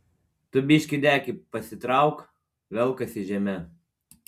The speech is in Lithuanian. tu biškį dekį pasitrauk velkasi žeme